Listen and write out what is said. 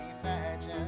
imagine